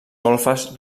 golfes